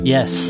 Yes